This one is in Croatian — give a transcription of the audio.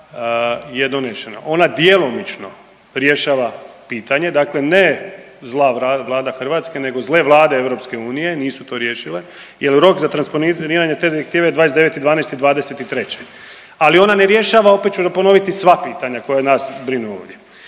je donešena, ona djelomično rješava pitanje dakle ne zla vlada Hrvatske nego zle vlade EU nisu to riješile jer rok za transponiranje te direktive je 29.12.2023., ali ona ne rješava opet ću ponoviti sva pitanja koja nas brinu ovdje.